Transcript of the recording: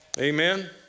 Amen